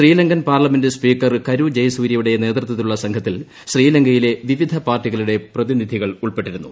Sri Lankan parliament speaker Karu ജയസൂര്യയുടെ നേതൃത്വത്തിലുള്ള സംഘത്തിൽ ശ്രീലങ്കയിലെ വിവിധ പാർട്ടികളുടെ പ്രതിനിധികൾ ഉൾപ്പെട്ടിരുന്നു